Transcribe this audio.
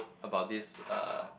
about this uh